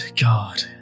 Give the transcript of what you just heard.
God